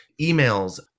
Emails